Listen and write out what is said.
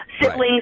siblings